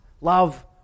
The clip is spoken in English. love